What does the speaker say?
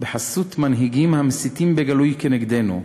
בחסות מנהיגים המסיתים בגלוי כנגדנו,